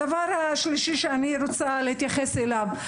הדבר השלישי שאני רוצה להתייחס אליו.